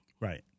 Right